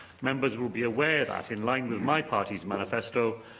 members will be aware that, in line with my party's manifesto,